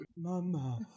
Mama